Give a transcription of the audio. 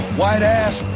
white-ass